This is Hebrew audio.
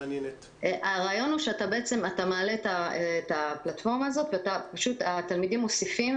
הרעיון הוא שאתה מעלה את הפלטפורמה הזאת והתלמידים מוסיפים.